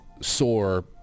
sore